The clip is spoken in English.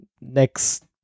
next